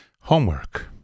Homework